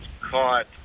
caught